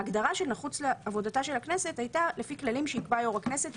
ההגדרה של "מחוץ לעבודתה של הכנסת" הייתה לפי כללים שיקבע יו"ר הכנסת,